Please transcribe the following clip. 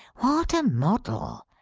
what a model!